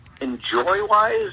Enjoy-wise